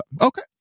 Okay